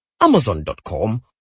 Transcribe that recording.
Amazon.com